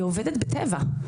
היא עובדת בטבע,